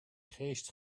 geest